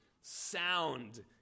Sound